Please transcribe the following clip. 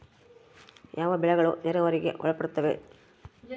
ಯಾವ ಬೆಳೆಗಳು ನೇರಾವರಿಗೆ ಒಳಪಡುತ್ತವೆ?